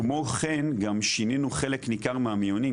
כמו כן גם שינינו חלק ניכר מהמיונים.